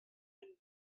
une